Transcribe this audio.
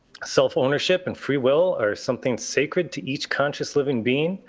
self ownership and freewill or something sacred to each conscious living being.